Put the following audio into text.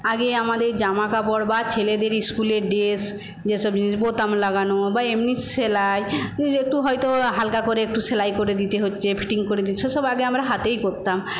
আগে আমাদের জামাকাপড় বা ছেলেদের ইস্কুলের ড্রেস যেসব জিনিস বোতাম লাগানো বা এমনি সেলাই এই একটু হয়তো হালকা করে একটু সেলাই করে দিতে হচ্ছে ফিটিং করে দিতে হচ্ছে সেসব আগে আমার হাতেই করতাম